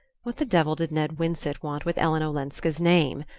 what the devil did ned winsett want with ellen olenska's name?